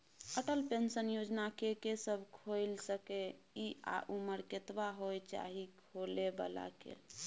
Atal pension Yojana के के सब खोइल सके इ आ उमर कतबा होय चाही खोलै बला के?